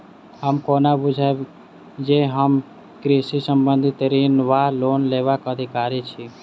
हम कोना बुझबै जे हम कृषि संबंधित ऋण वा लोन लेबाक अधिकारी छी?